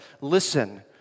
listen